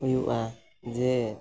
ᱦᱩᱭᱩᱜᱼᱟ ᱡᱮ